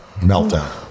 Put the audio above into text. meltdown